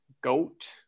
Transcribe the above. GOAT